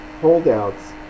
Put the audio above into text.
holdouts